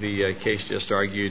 the case just argued